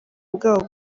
bwabo